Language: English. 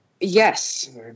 Yes